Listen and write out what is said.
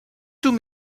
tout